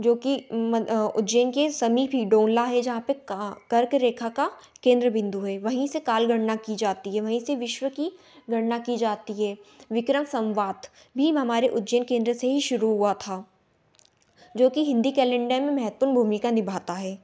जो कि मद उज्जैन के समीप ही डोनला है जहाँ पर कर्क रेखा का केंद्र बिन्दु है वहीं से काल गृह गणना कि जाती है वहीं से विश्व की गणना की जाती है विक्रम संवत भी हमारे उज्जैन केंद्र से ही शुरू हुआ था जो कि हिन्दी केलेंडर में महत्वपूर्ण भूमिका निभाता है